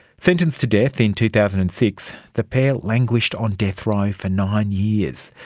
sentenced to death in two thousand and six, the pair languished on death row for nine years.